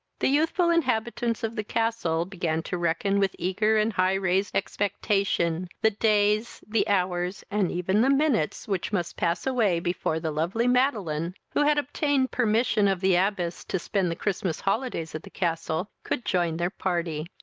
the youthful inhabitants of the castle began to reckon with eager and high-raised expectation the days, the hours, and even the minutes, which must pass away before the lovely madeline, who had obtained permission of the abbess to spend the christmas holidays at the castle, could join their party.